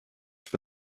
for